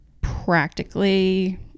practically